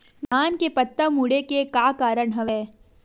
धान के पत्ता मुड़े के का कारण हवय?